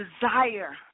desire